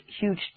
huge